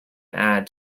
add